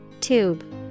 Tube